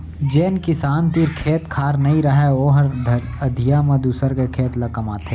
जेन किसान तीर खेत खार नइ रहय ओहर अधिया म दूसर के खेत ल कमाथे